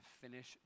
finish